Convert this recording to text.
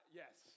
yes